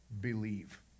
believe